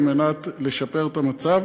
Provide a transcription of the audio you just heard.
על מנת לשפר את המצב.